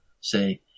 say